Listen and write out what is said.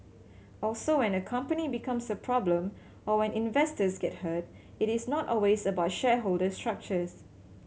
also when a company becomes a problem or when investors get hurt it is not always about shareholder structures